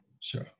sure